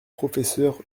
professeur